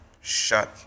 shut